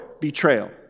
betrayal